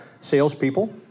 salespeople